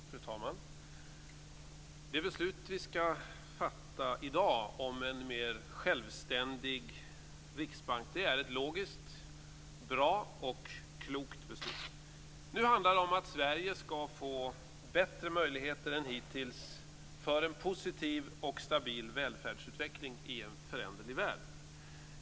Fru talman! Det beslut vi skall fatta i dag om en mer självständig riksbank är ett logiskt, bra och klokt beslut. Nu handlar det om att Sverige skall få bättre möjligheter än hittills till en positiv och stabil välfärdsutveckling i en föränderlig värld.